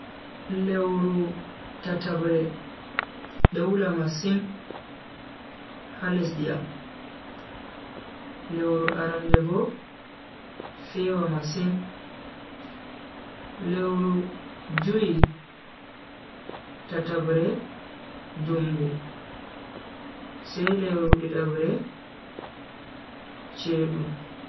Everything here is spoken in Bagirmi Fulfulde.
Lewru tatabre do wula masin ha lesdi am, lewru arande do fewa masin, lewru jui tatabre dungo sai lewru didabre chedu.